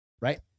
right